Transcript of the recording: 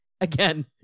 again